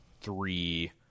three